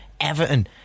Everton